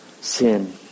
sin